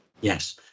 Yes